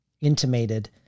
intimated